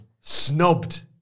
Snubbed